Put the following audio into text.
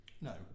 No